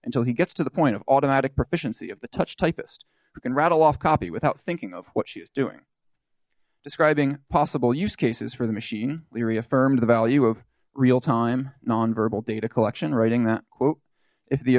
until he gets to the point of automatic proficiency the touch typist who can rattle off copy without thinking of what she is doing describing possible use cases for the machine li reaffirmed the value of real time nonverbal data collection writing that quote